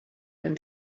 than